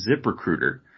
ZipRecruiter